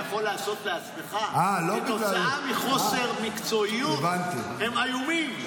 יכול לעשות לעצמך כתוצאה מחוסר מקצועיות הם איומים.